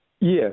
Yes